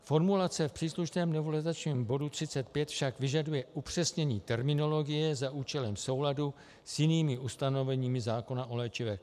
Formulace v příslušném novelizačním bodu 35 však vyžaduje upřesnění terminologie za účelem souladu s jinými ustanovení zákona o léčivech.